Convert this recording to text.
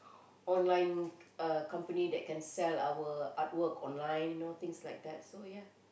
online uh company that can sell our artwork online you know things like that so ya